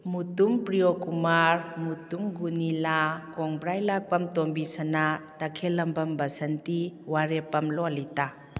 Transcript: ꯃꯨꯇꯨꯝ ꯄ꯭ꯔꯤꯌꯣꯀꯨꯃꯥꯔ ꯃꯨꯇꯨꯝ ꯒꯨꯅꯤꯂꯥ ꯀꯣꯡꯕ꯭ꯔꯥꯏꯂꯥꯛꯄꯝ ꯇꯣꯝꯕꯤꯁꯅꯥ ꯇꯈꯦꯜꯂꯝꯕꯝ ꯕꯁꯟꯇꯤ ꯋꯥꯔꯦꯞꯄꯝ ꯂꯣꯂꯤꯇꯥ